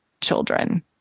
children